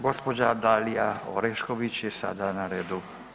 gđa. Dalija Orešković je sada na redu.